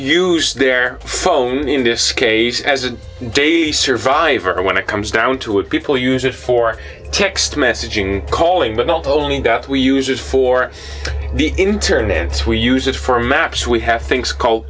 use their phone in this case as a daisy survivor when it comes down to it people use it for text messaging calling but not only that we use it for the internet it's we use it for maps we have things called